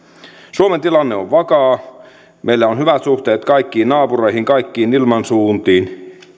suomen tilanne on vakaa meillä on hyvät suhteet kaikkiin naapureihin kaikkiin ilmansuuntiin